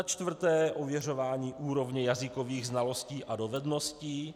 4. ověřování úrovně jazykových znalostí a dovedností;